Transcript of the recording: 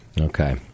okay